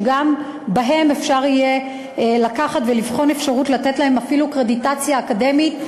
שגם בהם אפשר יהיה לקחת ולבחון אפשרות לתת להם אפילו קרדיט אקדמי.